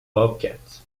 bobcat